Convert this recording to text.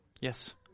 Yes